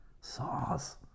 sauce